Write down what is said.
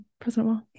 President